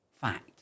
fact